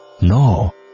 No